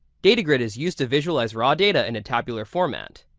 data grid is used to visualize raw data in a tabular form. and